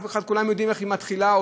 כולם יודעים איך היא מתחילה,